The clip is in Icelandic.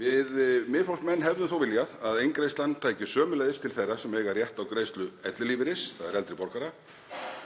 Við Miðflokksmenn hefðum þó viljað að eingreiðslan tæki sömuleiðis til þeirra sem eiga rétt á greiðslu ellilífeyris, þ.e. eldri borgara,